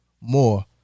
more